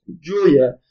Julia